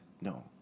No